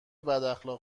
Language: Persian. بداخلاق